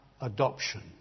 adoption